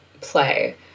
play